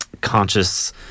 conscious